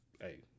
Hey